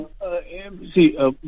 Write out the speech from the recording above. See